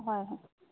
হয় হয়